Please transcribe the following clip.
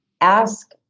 ask